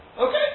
Okay